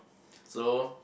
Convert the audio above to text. so